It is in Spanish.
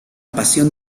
pasión